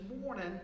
morning